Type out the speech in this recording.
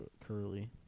Curly